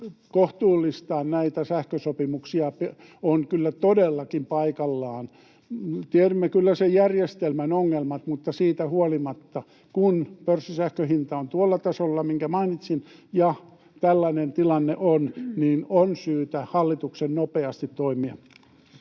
kohtuullistaa näitä sähkösopimuksia on kyllä todellakin paikallaan. Tiedämme kyllä sen järjestelmän ongelmat, mutta siitä huolimatta, kun pörssisähkön hinta on tuolla tasolla, minkä mainitsin, ja tällainen tilanne on, on syytä hallituksen nopeasti toimia.